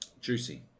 Juicy